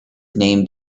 named